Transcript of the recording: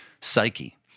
psyche